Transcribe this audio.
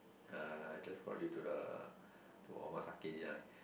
uh I just brought you to the to omakase dinner